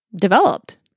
developed